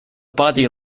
body